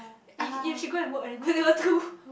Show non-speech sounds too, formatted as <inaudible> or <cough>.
eh you you should go and work leh go and learn <laughs> too